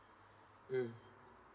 mm